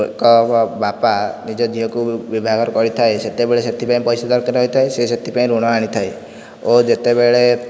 ଏକ ବାପା ନିଜ ଝିଅକୁ ବିବାହଘର କରିଥାଏ ସେତେବେଳେ ସେଥିପାଇଁ ପଇସା ଦରକାର ହେଇଥାଏ ସେ ସେଥିପାଇଁ ଋଣ ଆଣିଥାଏ ଓ ଯେତେବେଳେ